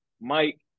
Mike